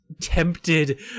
tempted